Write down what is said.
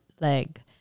leg